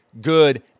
good